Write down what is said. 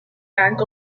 rank